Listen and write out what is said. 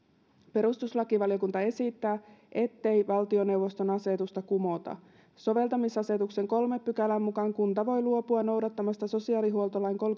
perustuslakivaliokunta esittää ettei valtioneuvoston asetusta kumota soveltamisasetuksen kolmannen pykälän mukaan kunta voi luopua noudattamasta sosiaalihuoltolain